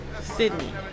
Sydney